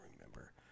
remember